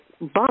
Bump